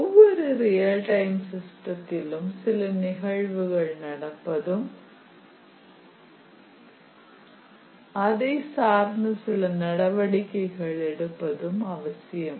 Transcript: ஒவ்வொரு real time சிஸ்டத்திலும் சில நிகழ்வுகள் நடப்பதும் அதை சார்ந்து சில நடவடிக்கைகள் எடுப்பதும் அவசியம்